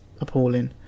appalling